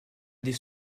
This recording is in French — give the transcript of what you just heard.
des